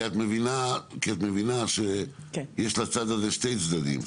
כי את מבינה שיש לצד הזה שני צדדים.